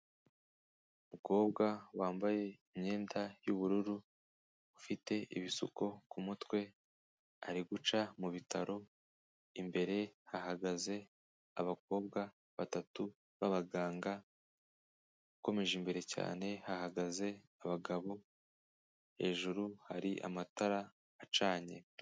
Umukobwa wambaye imyenda y'ubururu, ufite ibisuko ku mutwe ari guca mu bitaro, imbere hahagaze abakobwa batatu b'abaganga, ukomeje imbere cyane hahagaze abagabo, hejuru hari amatara acanye.